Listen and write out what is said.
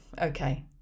Okay